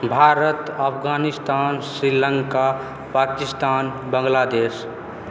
Bharat Afghanistan Sri Lanka Pakistan Bangladesh